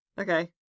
Okay